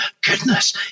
goodness